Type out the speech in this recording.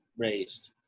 raised